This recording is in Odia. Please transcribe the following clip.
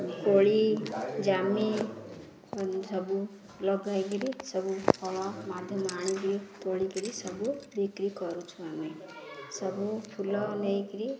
କୋଳି ଜାମି ସବୁ ଲଗାଇକରି ସବୁ ଫଳ ମାଧ୍ୟମ ଆଣିକରି ତୋଳିକରି ସବୁ ବିକ୍ରି କରୁଛୁ ଆମେ ସବୁ ଫୁଲ ନେଇକରି